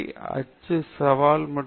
அதனால் நாம் இதை விட்டு விடுவோம்